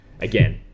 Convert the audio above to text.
again